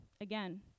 again